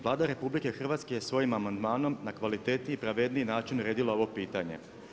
Vlada RH je svojim amandmanom na kvalitetniji i pravedniji način uredila ovo pitanje.